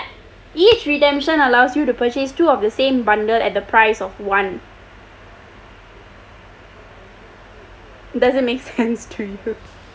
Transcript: each redemption allows you to purchase two of the same bundle at the price of one does it make sense to you